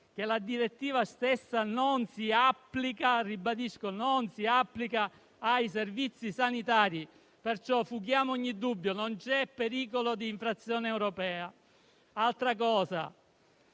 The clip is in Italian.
che la direttiva stessa non si applica ai servizi sanitari. Perciò fughiamo ogni dubbio: non c'è pericolo di infrazione europea. Aggiungo